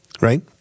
Right